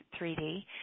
3D